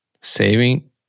saving